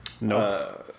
No